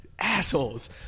Assholes